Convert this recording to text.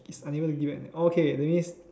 is unable to give back oh okay that means